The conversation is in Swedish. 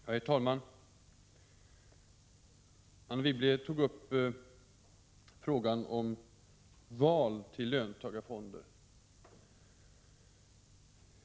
Herr talman! Anne Wibble tog upp frågan om val till löntagarfonder.